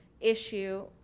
issue